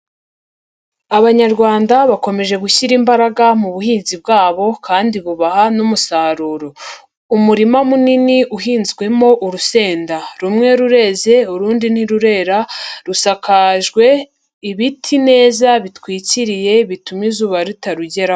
Abanyarwanda bakomeje gushyira imbaraga mu buhinzi bwabo kandi bubaha n'umusaruro, umurima munini uhinzwemo urusenda rumwe rureze, urundi ntirurera, rusakajwe ibiti neza bitwikiriye bituma izuba ritarugeraho.